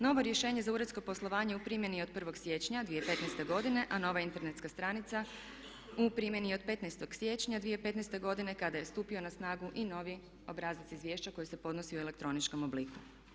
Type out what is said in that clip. Novo rješenje za uredsko poslovanje u primjeni je od 1. siječnja 2015. godine, a nova internetska stranica u primjeni je od 15. siječnja 2015. godine kada je stupio na snagu i novi obrazac Izvješća koji se podnosi u elektroničkom obliku.